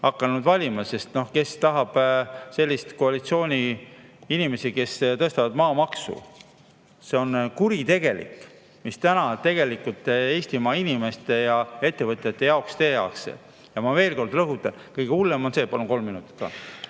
hakanud valima – kes tahab sellist koalitsiooni, selliseid inimesi, kes tõstavad maamaksu. See on kuritegelik, mida täna tegelikult Eestimaa inimeste ja ettevõtjate jaoks tehakse. Ja ma veel kord rõhutan, et kõige hullem on see … Palun kolm minutit